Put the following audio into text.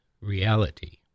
reality